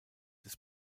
des